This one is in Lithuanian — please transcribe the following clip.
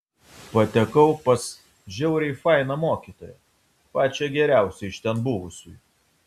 patekau pas žiauriai fainą mokytoją pačią geriausią iš ten buvusių